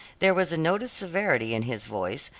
there was a note of severity in his voice,